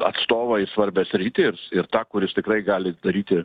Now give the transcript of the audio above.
atstovą į svarbią sritį ir tą kuris tikrai gali daryti